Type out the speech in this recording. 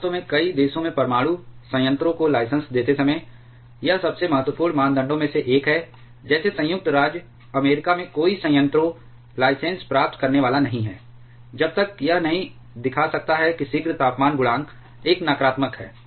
वास्तव में कई देशों में परमाणु संयंत्रों को लाइसेंस देते समय यह सबसे महत्वपूर्ण मानदंडों में से एक है जैसे संयुक्त राज्य अमेरिका में कोई संयंत्रों लाइसेंस प्राप्त करने वाला नहीं है जब तक यह नहीं दिखा सकता है कि शीघ्र तापमान गुणांक एक नकारात्मक है